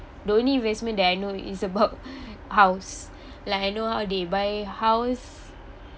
the only investment that I know is about house like I know how they buy house